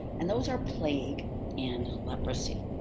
and those are plague and leprosy.